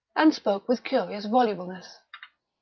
and spoke with curious volubleness.